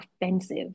offensive